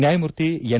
ನ್ಯಾಯಮೂರ್ತಿ ಎನ್